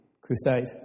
crusade